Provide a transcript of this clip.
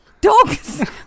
dogs